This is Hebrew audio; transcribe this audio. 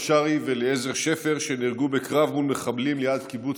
שהתנדב להיות הקשר שלי ונפל בהיתקלות ממש לידי,